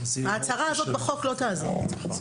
ההצהרה הזו בחוק לא תעזור.